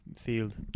field